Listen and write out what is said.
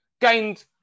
gained